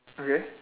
okay